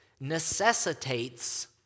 necessitates